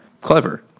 clever